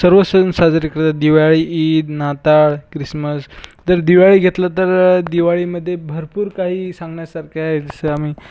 सर्व सण साजरे करतात दिवाळी ईद नाताळ क्रिसमस जर दिवाळी घेतलं तर दिवाळीमध्ये भरपूर काही सांगण्यासारखं आहे जसं आम्ही